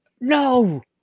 no